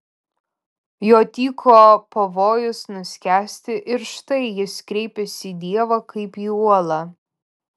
jo tyko pavojus nuskęsti ir štai jis kreipiasi į dievą kaip į uolą